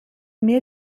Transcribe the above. mir